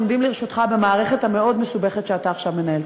עומדים לרשותך במערכת המאוד-מסובכת שאתה עכשיו מנהל.